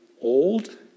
old